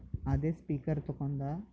ಅದೇ ಸ್ಪೀಕರ್ ತೊಕೊಂದ